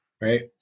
right